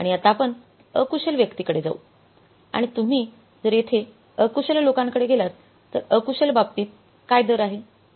आणि आता आपण अकुशल व्यक्तींकडे जाऊ आणि तुम्ही जर येथे अकुशल लोकांकडे गेलात तर अकुशल बाबतीत काय दर आहे